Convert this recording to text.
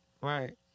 right